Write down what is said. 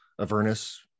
Avernus